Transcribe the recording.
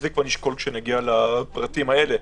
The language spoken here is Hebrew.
זה נשקול כשנגיע לפרטים האלה.